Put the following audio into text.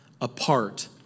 apart